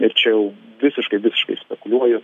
ir čia jau visiškai visiškai spekuliuoju